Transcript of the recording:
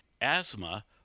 asthma